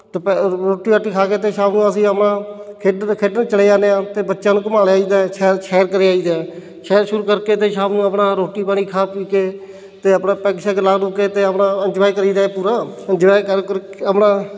ਰੋਟੀ ਰਾਟੀ ਖਾ ਕੇ ਅਤੇ ਸ਼ਾਮ ਨੂੰ ਅਸੀਂ ਆਪਣਾ ਖੇਡਣ ਖੇਡਣ ਚਲੇ ਜਾਂਦੇ ਹਾਂ ਅਤੇ ਬੱਚਿਆਂ ਨੂੰ ਘੁੰਮਾ ਲਿਆਈ ਦਾ ਸੈਰ ਸੈਰ ਕਰ ਆਈ ਦਾ ਸੈਰ ਸ਼ੂਰ ਕਰਕੇ ਅਤੇ ਸ਼ਾਮ ਨੂੰ ਆਪਣਾ ਰੋਟੀ ਪਾਣੀ ਖਾ ਪੀ ਕੇ ਅਤੇ ਆਪਣਾ ਪੈੱਗ ਸ਼ੈੱਗ ਲਾ ਲੂ ਕੇ ਅਤੇ ਆਪਣਾ ਇੰਨਜੋਏ ਕਰੀ ਦਾ ਏ ਪੂਰਾ ਇੰਨਜੋਏ ਕਰ ਕੁਰ ਕੇ ਆਪਣਾ